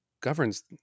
Governs